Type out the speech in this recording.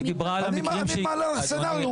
אני נותן לך תרחיש.